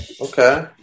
Okay